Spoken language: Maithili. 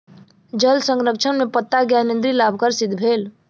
जल संरक्षण में पत्ता ज्ञानेंद्री लाभकर सिद्ध भेल